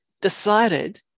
decided